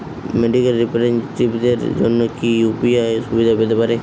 Medical রিপ্রেজন্টেটিভদের জন্য কি ইউ.পি.আই সুবিধা পেতে পারে?